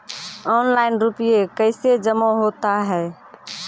Online रुपये कैसे जमा होता हैं?